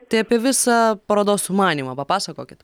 tai apie visą parodos sumanymą papasakokit